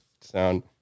sound